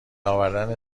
آوردن